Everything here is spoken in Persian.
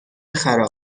خراب